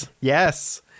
Yes